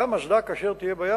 גם כאשר תהיה אסדה בים,